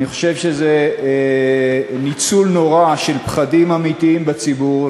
אני חושב שזה ניצול נורא של פחדים אמיתיים בציבור.